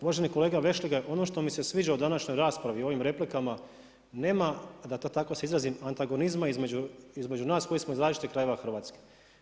Uvaženi kolega Vešligaj, ono što mi se sviđa u današnjoj raspravi i u ovim replikama, nema da to tako se izrazim, nema antagonizma između nas koji smo iz različitih krajeva Hrvatske.